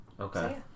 Okay